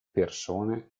persone